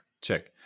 Check